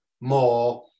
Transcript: more